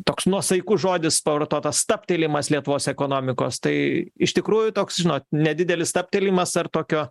toks nuosaikus žodis pavartotas stabtelėjimas lietuvos ekonomikos tai iš tikrųjų toks žinot nedidelis stabtelėjimas ar tokio